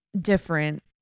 different